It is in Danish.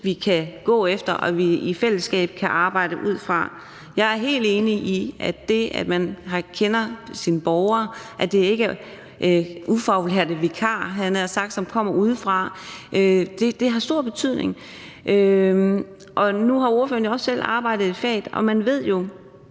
vi kan gå efter og vi i fællesskab kan arbejde ud fra. Jeg er helt enig i, at det, at man kender sine borgere, altså at det ikke er ufaglærte vikarer, havde jeg nær sagt, som kommer udefra, har stor betydning. Nu har ordføreren også selv arbejdet i faget, og man ved jo,